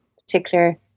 particular